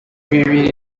bibiri